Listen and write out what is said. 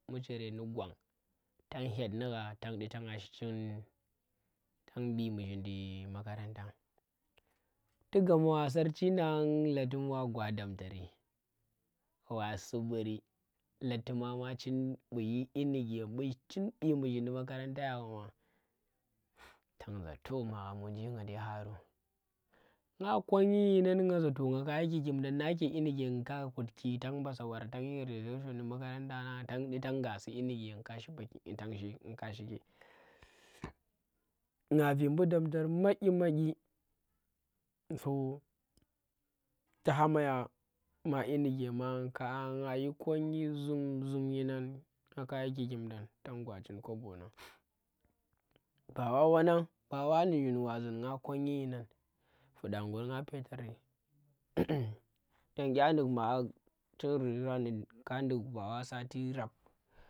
Bu chere ndi gwan tan fhet nugha tang ɗee tang ɓee mushindi tang ɓee mushindi makaranta tu gama sarchi nang laatim wa gwa dam tari wa suburi latim ma ma chin u yi dyi ndike bu bee mushind makaranta ya bama tang za toh, magham wunji nga dai haro, nga konnyi dyinan nga za toh nga ka yi ki kimdan na ke dyi ndike nga ka gutki tang masa wara tang shi registration ndi makarntenang tang ɗi gnasi dyinike nga shipaki tang shi. nga ka shiki nga vee mbu damtar madyi madyi so tu hama ya madyi ndike ma nga yi konyi zum zum yinan nga ka yi kikimdang tang gwa chin kobo nang ba wa wannang ba wa nu zhin wa nga konnyi yinan, fuɗa ngur nga petar tun ka nyi bawa sati rap.